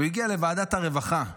הוא הגיע לוועדת הרווחה.